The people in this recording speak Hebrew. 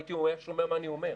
הוא היה שומע מה אני אומר.